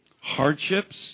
hardships